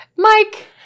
Mike